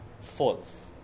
false